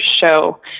show